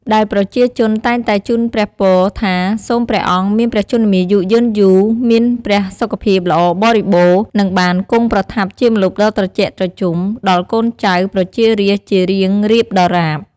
ដែលប្រជាជនតែងតែ ជូនព្រះពរ ថា សូមព្រះអង្គមានព្រះជន្មាយុយឺនយូរ មានព្រះសុខភាពល្អបរិបូរណ៍ និងបាន គង់ប្រថាប់ជាម្លប់ដ៏ត្រជាក់ត្រជុំ ដល់ កូនចៅប្រជារាស្ត្រជារៀងរាបដរាប។